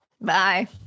Bye